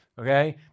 okay